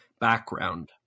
background